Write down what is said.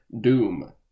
doom